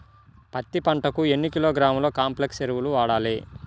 పత్తి పంటకు ఎన్ని కిలోగ్రాముల కాంప్లెక్స్ ఎరువులు వాడాలి?